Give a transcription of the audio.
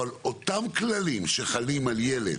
אבל אותם כללים שחלים על ילד,